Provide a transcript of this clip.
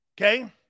Okay